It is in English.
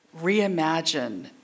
reimagine